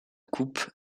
coupe